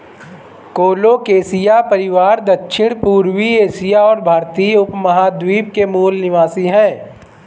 colocasia परिवार दक्षिणपूर्वी Asia और भारतीय उपमहाद्वीप के मूल निवासी है